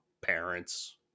parents